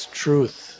truth